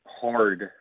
hard